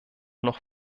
noch